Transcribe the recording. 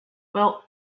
well